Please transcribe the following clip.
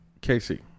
Casey